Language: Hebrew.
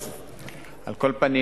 על כל פנים,